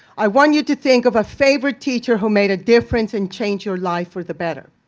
i want you to think of a favorite teacher who made a difference and change your life for the better.